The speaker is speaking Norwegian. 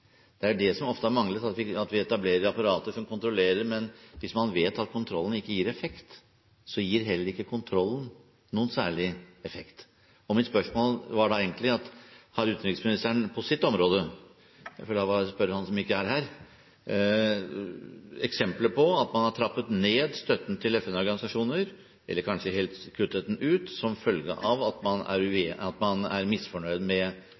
av det. Det er ofte det som har manglet. Vi etablerer apparater som kontrollerer, men hvis man vet at kontrollen ikke gir konsekvenser, gir heller ikke kontrollen noen særlig effekt. Mitt spørsmål er: Har utenriksministeren på sitt område – siden jeg ikke får spørre han som ikke er her – eksempler på at man har trappet ned støtten til FN-organisasjoner, eller kanskje helt kuttet den ut, som følge av at man er misfornøyd med